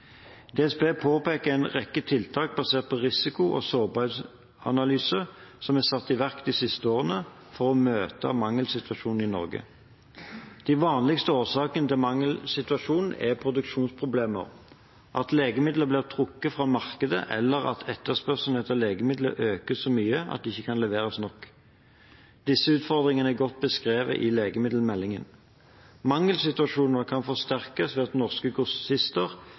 DSB peker på en rekke tiltak basert på risiko- og sårbarhetsanalyse som er satt i verk de siste årene, for å møte mangelsituasjoner i Norge. De vanligste årsakene til mangelsituasjoner er produksjonsproblemer, at legemidler blir trukket fra markedet, eller at etterspørselen etter legemidler øker så mye at det ikke kan leveres nok. Disse utfordringene er godt beskrevet i legemiddelmeldingen. Mangelsituasjoner kan forsterkes ved at norske